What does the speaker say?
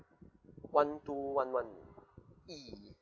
one two one one E